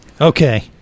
Okay